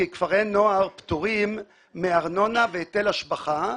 כי כפרי נוער פטורים מארנונה והיטל השבחה,